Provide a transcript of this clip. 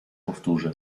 powtórzę